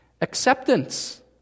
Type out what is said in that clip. Acceptance